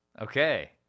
okay